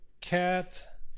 cat